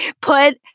put